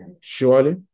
Surely